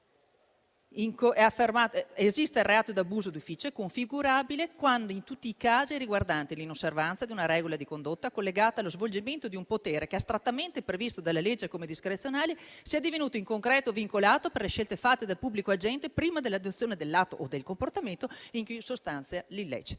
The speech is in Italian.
il reato di abuso d'ufficio è configurabile in tutti i casi riguardanti l'inosservanza di una regola di condotta collegata allo svolgimento di un potere che, astrattamente previsto dalla legge come discrezionale, sia divenuto in concreto vincolato per le scelte fatte dal pubblico agente prima dell'adozione dell'atto o del comportamento in cui si sostanzia l'illecito.